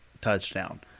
touchdown